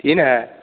तीन है